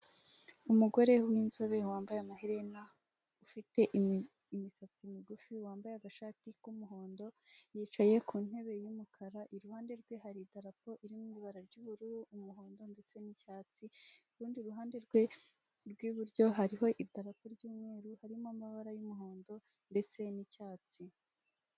Umugore w'inzobe wambaye amaherena, ufite imisatsi migufi wambaye agashati k'umuhondo, yicaye ku ntebe y'umukara iruhande rwe hari idarapo iriri mu ibara ry'ubururu, umuhondo ndetse n'icyatsi, ku rundi ruhande rwe rw'iburyo hariho idarapo ry'umweru harimo amabara y'umuhondo ndetse n'icyatsi.